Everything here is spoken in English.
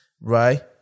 right